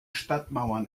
stadtmauern